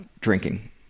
drinking